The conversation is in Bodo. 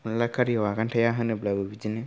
अनला खारैआव आगान थाया होनोब्लाबो बिदिनो